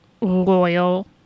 loyal